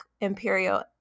Imperial